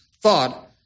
thought